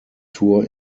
tour